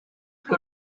que